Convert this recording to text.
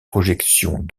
projections